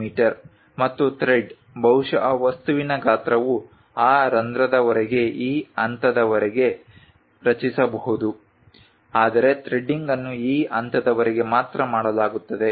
me ಮತ್ತು thread ಬಹುಶಃ ವಸ್ತುವಿನ ಗಾತ್ರವು ಆ ರಂಧ್ರದವರೆಗೆ ಈ ಹಂತದವರೆಗೆ ರಚಿಸಬಹುದು ಆದರೆ ಥ್ರೆಡ್ಡಿಂಗ್ ಅನ್ನು ಈ ಹಂತದವರೆಗೆ ಮಾತ್ರ ಮಾಡಲಾಗುತ್ತದೆ